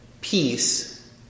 Peace